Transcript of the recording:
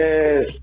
Yes